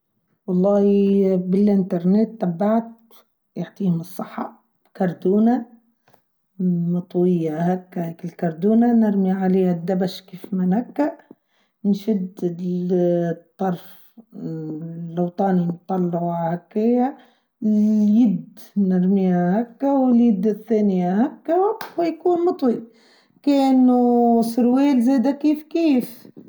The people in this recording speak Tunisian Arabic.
والله بالإنترنت تبعت يعطيهم الصحة كاردونة مطوية هكا هكا الكاردونة نرمي عليها الدبش كيفما نكا نشد الطرف لوطاني نطلعه هكايا اليد نرميها هكا واليد الثانية هكا ويكون مطوية كأنه سرويل زي دا كيف كيف.